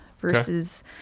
versus